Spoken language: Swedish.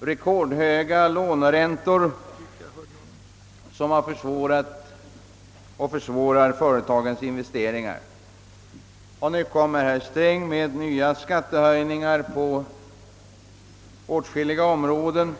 rekordhöga låneräntorna som försvårat och försvårar företagens investeringar. Nu kommer herr Sträng med nya skattehöjningar på åtskilliga områden.